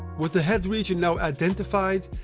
with the head region now identified,